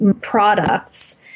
products